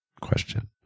question